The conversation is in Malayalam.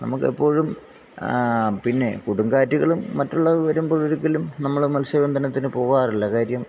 നമുക്ക് എപ്പോഴും ആ പിന്നെ കൊടുംകാറ്റുകളും മറ്റുള്ളവ വരുമ്പോൾ ഒരിക്കലും നമ്മള് മത്സ്യബന്ധനത്തിന് പോകാറില്ല കാര്യം